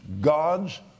God's